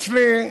אצלי,